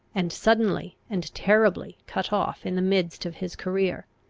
and suddenly and terribly cut off in the midst of his career.